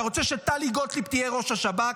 אתה רוצה שטלי גוטליב תהיה ראש השב"כ?